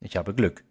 ich habe glück